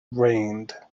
reigned